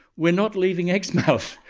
we're not leaving exmouth,